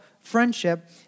friendship